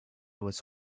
was